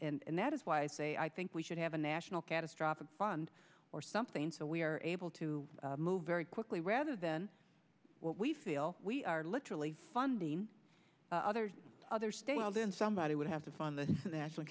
and that is why i say i think we should have a national catastrophic fund or something so we are able to move very quickly rather than what we feel we are literally funding others other state well then somebody would have to fund the national